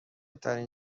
ترین